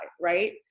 right